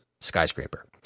skyscraper